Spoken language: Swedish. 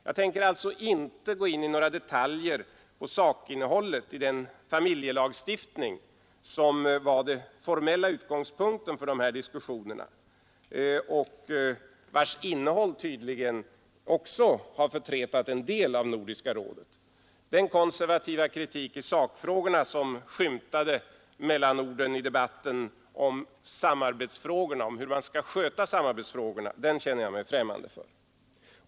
Jag tänker alltså inte gå in i några detaljer på sakinnehållet i den familjelagstiftning som var den formella utgångspunkten för diskussionerna och vars innehåll tydligen har förtretat en del av Nordiska rådet. Den konservativa kritik i sakfrågorna, som skymtade mellan orden i debatten om hur man skall sköta samarbetsfrågorna, känner jag mig främmande för.